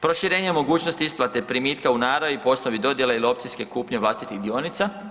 Proširenje mogućnosti isplate primitka u naravi po osnovi dodjele ili opcijske kupnje vlastitih dionica.